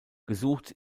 gesucht